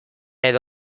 edo